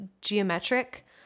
geometric